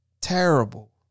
Terrible